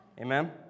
Amen